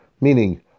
meaning